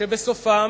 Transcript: שבסופם,